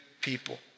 people